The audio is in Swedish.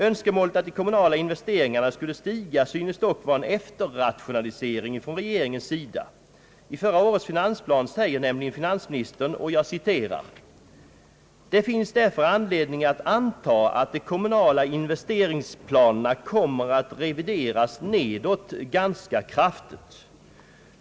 Önskemålet att de kommunala investeringarna skulle stiga synes dock vara en efterrationalisering från regeringens sida. I förra årets finansplan säger nämligen finansministern: »Det finns därför anledning att anta, att de kommunala investeringsplanerna kommer att revideras nedåt ganska kraftigt.